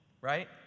right